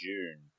June